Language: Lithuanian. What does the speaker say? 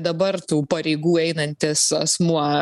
dabar tų pareigų einantis asmuo